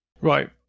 Right